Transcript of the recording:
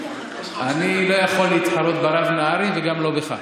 אני לא יכול להתחרות ברב נהרי וגם לא בך.